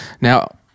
Now